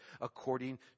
according